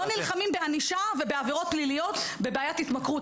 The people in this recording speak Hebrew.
לא נלחמים בענישה ובעבירות פליליות בבעיית התמכרות.